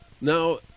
Now